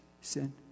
sin